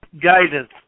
guidance